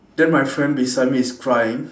then my friend beside me is crying